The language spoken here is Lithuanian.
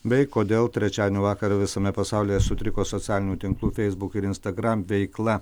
bei kodėl trečiadienio vakarą visame pasaulyje sutriko socialinių tinklų feisbuk ir instagram veikla